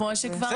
זה מה שאמרתי.